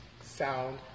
sound